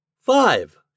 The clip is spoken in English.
Five